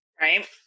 right